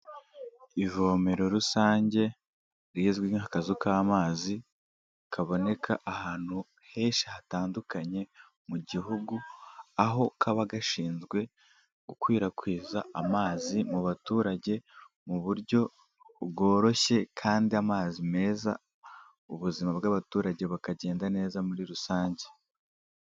Ivomero rusange, rigizwi nk'akazu k'amazi kaboneka ahantu henshi hatandukanye mu gihugu aho kaba gashinzwe gukwirakwiza amazi mu baturage mu buryo bworoshye kandi amazi meza ubuzima bw'abaturage bukagenda neza muri rusange.